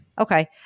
Okay